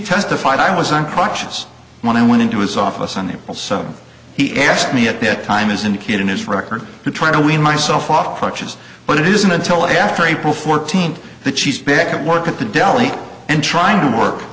testified i was on crutches when i went into his office on the sub he asked me at that time is indicating his record to try to wean myself off watches but it isn't until after april fourteenth that she's back at work at the deli and trying to work